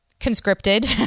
Conscripted